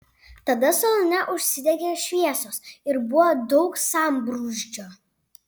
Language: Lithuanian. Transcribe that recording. tada salone užsidegė šviesos ir buvo daug sambrūzdžio